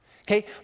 Okay